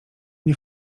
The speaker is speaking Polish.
nie